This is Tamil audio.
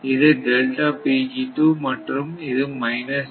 இது மற்றும் இது மைனஸ்